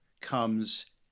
comes